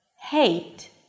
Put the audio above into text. hate